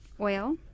oil